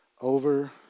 over